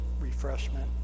refreshment